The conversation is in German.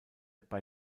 bei